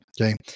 Okay